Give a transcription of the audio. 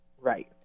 Right